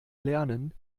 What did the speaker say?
lernen